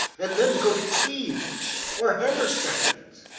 and then go to kieth's or hammerstein's?